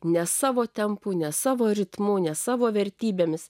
ne savo tempu ne savo ritmu ne savo vertybėmis